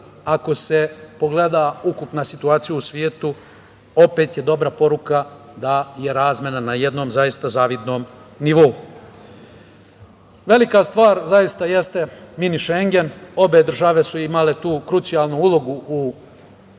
ako se pogleda ukupna situacija u svetu opet je dobra poruka da je razmena na jednom zaista zavidnom nivou. Velika stvar zaista jeste mini Šengen. Obe države su imale tu krucijalnu ulogu u